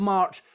March